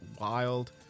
wild